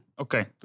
Okay